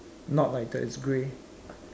not like that it's grey